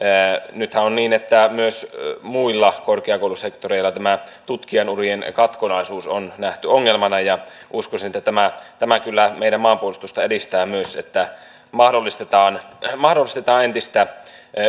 nythän on niin että myös muilla korkeakoulusektoreilla tämä tutkijan urien katkonaisuus on nähty ongelmana ja uskoisin että meidän maanpuolustusta kyllä edistää myös että mahdollistetaan mahdollistetaan entistä